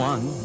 One